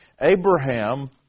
Abraham